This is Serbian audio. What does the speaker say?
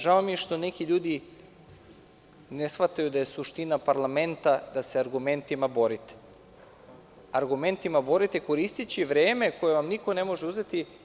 Žao mi je što neki ljudi ne shvataju da je suština parlamenta da se argumentima borite, koristeći vreme koje vam niko ne može uzeti.